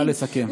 נא לסכם.